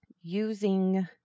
using